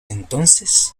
entonces